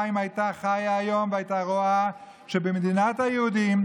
אם הייתה חיה היום והייתה רואה שבמדינת היהודים,